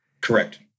Correct